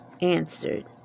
answered